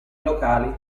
locali